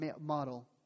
model